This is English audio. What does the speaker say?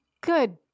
good